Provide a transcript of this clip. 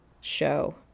show